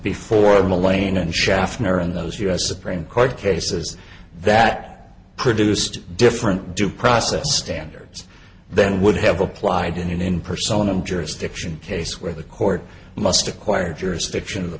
in those u s supreme court cases that produced different due process standards then would have applied in an in persona jurisdiction case where the court must acquire jurisdiction of the